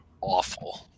awful